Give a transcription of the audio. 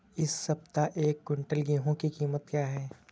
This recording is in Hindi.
इस सप्ताह एक क्विंटल गेहूँ की कीमत क्या है?